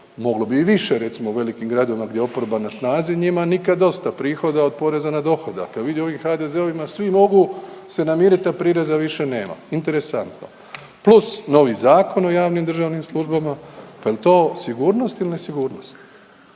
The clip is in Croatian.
moglo i više recimo u velikim gradovima gdje je oporba na snazi njima nikad dosta prihoda od poreza na dohodak, a vidi ovim HDZ-ovima svi mogu se namirit, a prireza više nema. Interesantno. Plus novi Zakon o javnim i državnim službama, pa jel to sigurnost ili nesigurnost?